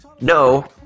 no